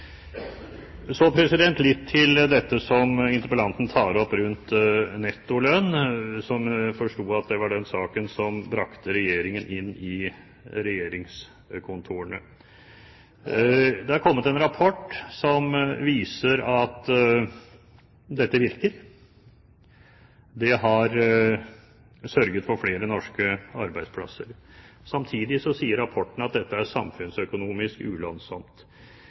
Så litt til det som interpellanten tar opp rundt nettolønnsordningen, som jeg forsto var den saken som brakte Regjeringen inn i regjeringskontorene. Det er kommet en rapport som viser at dette virker, det har sørget for flere norske arbeidsplasser. Samtidig sier rapporten at dette er samfunnsøkonomisk ulønnsomt.